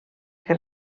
que